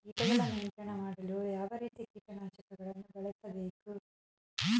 ಕೀಟಗಳ ನಿಯಂತ್ರಣ ಮಾಡಲು ಯಾವ ರೀತಿಯ ಕೀಟನಾಶಕಗಳನ್ನು ಬಳಸಬೇಕು?